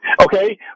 Okay